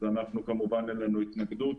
כמובן אין התנגדות.